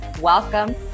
welcome